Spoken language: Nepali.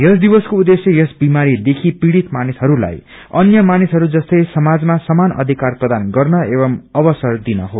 यस दिवसको उद्देश्य यस विमारीदेखि पीड़ित मानिसहरूलाई अन्य मानिसहरू जस्तै समाजमा समान अधिकार प्रदान गर्न एवं अवसर दिन हो